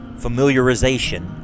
familiarization